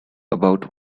about